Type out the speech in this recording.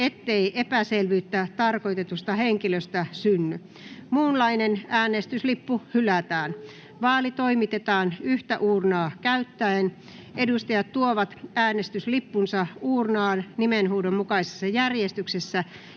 ettei epäselvyyttä tarkoitetusta henkilöstä synny. Muunlainen äänestyslippu hylätään. Vaali toimitetaan yhtä uurnaa käyttäen. Edustajat tuovat äänestyslippunsa uurnaan nimenhuudon mukaisessa järjestyksessä